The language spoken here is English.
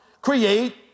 create